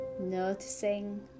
noticing